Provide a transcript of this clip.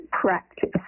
practice